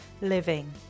living